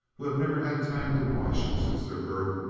who have never had time to wash since their birth,